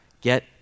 get